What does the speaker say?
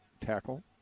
tackle